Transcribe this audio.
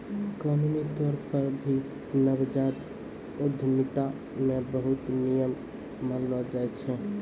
कानूनी तौर पर भी नवजात उद्यमिता मे बहुते नियम मानलो जाय छै